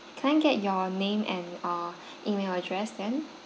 can I get your name and uh email address then